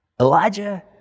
Elijah